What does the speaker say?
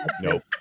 Nope